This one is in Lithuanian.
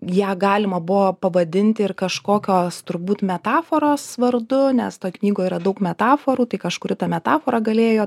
ją galima buvo pavadinti ir kažkokios turbūt metaforos vardu nes knygoj yra daug metaforų tai kažkuri ta metafora galėjo